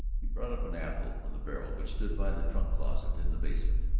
he brought up an apple from the barrel which stood by the trunk-closet in the basement.